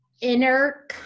inner